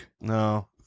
No